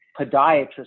podiatrist